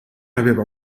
aveva